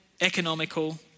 economical